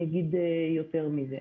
אני אגיד יותר מזה.